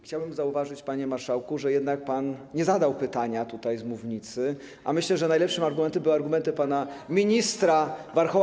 Chciałbym zauważyć, panie marszałku, że jednak pan nie zadał pytania z mównicy, a myślę, że najlepszym argumentem były argumenty pana ministra Warchoła.